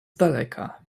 daleka